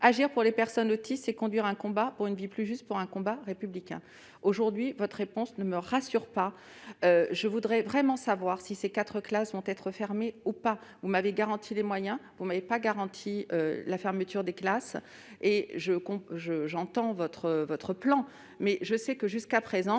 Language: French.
Agir pour les personnes autistes, c'est conduire un combat pour une vie plus juste, c'est un combat républicain. » Aujourd'hui, votre réponse ne me rassure pas : je veux vraiment savoir si ces quatre classes seront fermées ou non. Vous m'avez garanti les moyens, mais vous ne m'avez pas garanti le maintien de ces classes. J'entends votre plan, mais je sais que les moyens